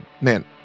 man